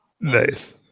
Nice